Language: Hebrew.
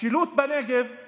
המשילות בנגב היא